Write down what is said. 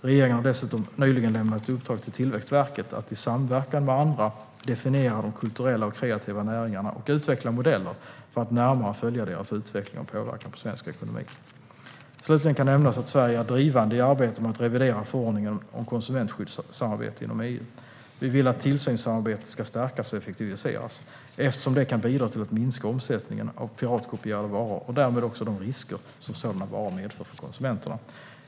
Regeringen har dessutom nyligen lämnat ett uppdrag till Tillväxtverket att i samverkan med andra definiera de kulturella och kreativa näringarna och utveckla modeller för att närmare följa deras utveckling och påverkan på svensk ekonomi. Slutligen kan nämnas att Sverige är drivande i arbetet med att revidera förordningen om konsumentskyddssamarbete inom EU. Vi vill att tillsynssamarbetet ska stärkas och effektiviseras, eftersom det kan bidra till att minska omsättningen av piratkopierade varor och därmed också de risker som sådana varor medför för konsumenterna.